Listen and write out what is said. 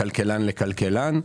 אומר מכלכלן לכלכלן,